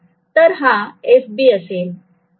तर हा FB असेल